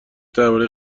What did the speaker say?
درباره